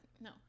No